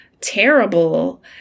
terrible